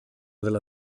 della